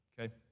okay